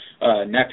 next